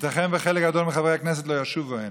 ייתכן שחלק גדול מחברי הכנסת לא ישובו הנה,